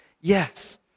yes